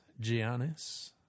Giannis